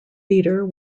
theatre